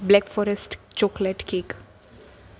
black forest chocolate cake